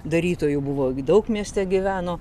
darytojų buvo daug mieste gyveno